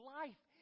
life